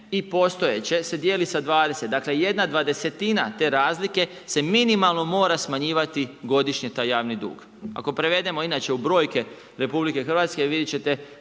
i postojeće se dijeli sa 20. Dakle jedna dvadesetina te razlike se minimalno mora smanjivati godišnje taj javni dug. Ako prevedemo inače u brojke RH vidjeti ćete